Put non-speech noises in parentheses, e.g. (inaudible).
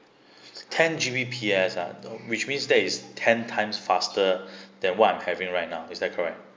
ten G B P S ah which means that is ten times faster (breath) than what I'm having right now is that correct